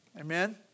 Amen